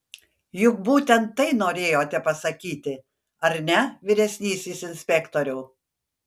juk būtent tai norėjote pasakyti ar ne vyresnysis inspektoriau